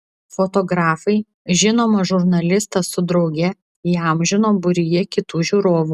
fotografai žinomą žurnalistą su drauge įamžino būryje kitų žiūrovų